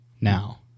now